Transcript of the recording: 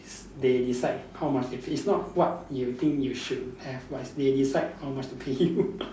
they decide how much they pay is not what you think you should have but is they decide how much to pay you